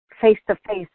face-to-face